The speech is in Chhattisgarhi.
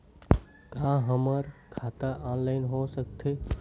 का हमर खाता ऑनलाइन हो सकथे?